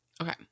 okay